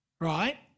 right